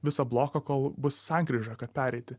visą bloką kol bus sankryža kad pereiti